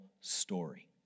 story